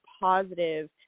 positive